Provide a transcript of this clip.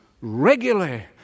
regularly